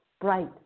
bright